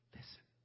Listen